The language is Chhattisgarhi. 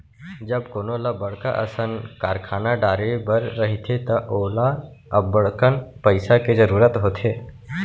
जब कोनो ल बड़का असन कारखाना डारे बर रहिथे त ओला अब्बड़कन पइसा के जरूरत होथे